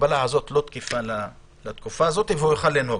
ההגבלה הזאת לא תקפה לתקופה הזאת והוא יוכל לנהוג,